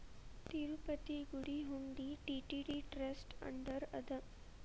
ತಿರುಪತಿ ಗುಡಿ ಹುಂಡಿ TTD trust under ಅದ